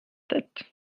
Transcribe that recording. tête